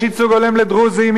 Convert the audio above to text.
יש ייצוג הולם לדרוזים,